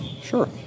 Sure